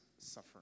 suffering